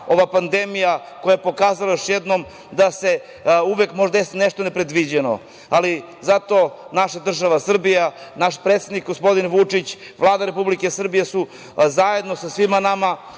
ova pandemija koja je pokazala još jednom da se uvek može desiti nešto nepredviđeno, ali zato naša država Srbija, naš predsednik gospodin Vučić, Vlada Republike Srbije su zajedno sa svima nama